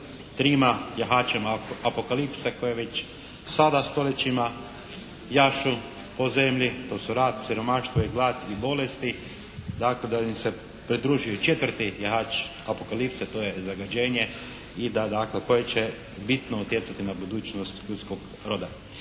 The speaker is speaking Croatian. trima jahačima apokalipse koji već sada stoljećima jašu po zemlji, to su rat, siromaštvo i glad i bolesti, dakle da im se pridruži četvrti jahač apokalipse to je zagađenje i da dakle koji će bitno utjecati na budućnost ljudskog roda.